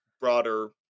broader